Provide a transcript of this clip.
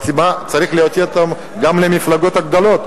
צריך להוציא אותה גם למפלגות הגדולות.